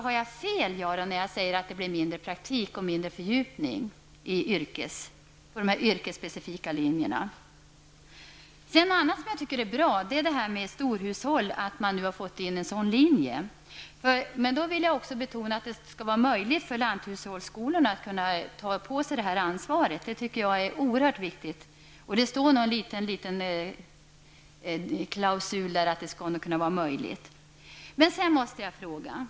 Har jag fel när jag påstår att det blir mindre praktik och mindre av fördjupning i de yrkesspecifika linjerna? Jag tycker det är bra att förslaget till ny gymnasieskola omfattar en linje med utbildning i storhushåll. Men jag anser att det skall vara möjligt för lanthushållsskolorna att ta på sig ansvaret för den utbildningen. Det finns en liten klausul i betänkandet om det.